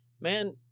man